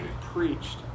preached